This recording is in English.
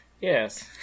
Yes